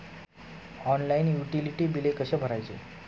Online utility बिले कसे भरायचे?